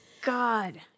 God